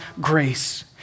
grace